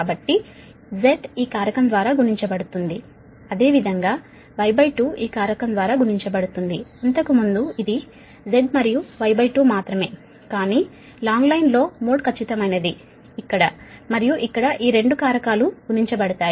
కాబట్టి Z ఈ కారకం ద్వారా గుణించబడుతుంది అదేవిధంగా Y2 ఈ కారకం ద్వారా గుణించబడుతుంది అంతకుముందు ఇది Z మరియు Y2 మాత్రమే కానీ లాంగ్ లైన్ లో మోడ్ ఖచ్చితమైనది ఇక్కడ మరియు ఇక్కడ ఈ 2 కారకాలు గుణించబడతాయి